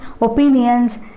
opinions